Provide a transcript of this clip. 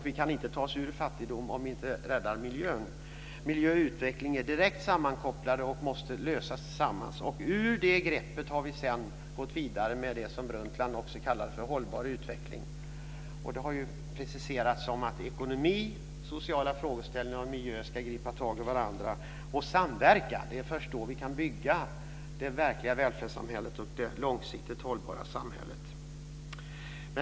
Vi kan inte ta oss ur fattigdom om vi inte räddar miljön. Miljö och utveckling är direkt sammankopplade, och problemen måste lösas tillsammans. Ur det greppet har vi gått vidare med det som Brundtland också kallar för hållbar utveckling. Det har preciserats som att ekonomi, sociala frågeställningar och miljö ska gripa tag i varandra och samverka. Det är först då vi kan bygga det verkliga välfärdssamhället och det långsiktigt hållbara samhället.